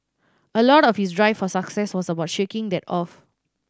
a lot of his drive for success was about shaking that off